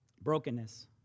brokenness